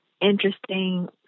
interesting